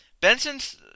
Benson's